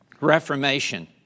Reformation